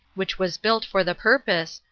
which was built for the purpose,